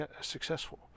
successful